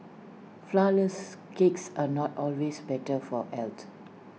Flourless Cakes are not always better for health